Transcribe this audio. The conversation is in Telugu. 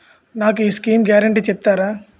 నాకు ఈ స్కీమ్స్ గ్యారంటీ చెప్తారా?